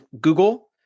Google